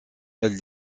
elle